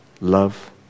love